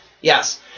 Yes